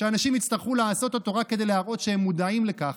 שאנשים יצטרכו לעשות אותו רק כדי להראות שהם מודעים לכך.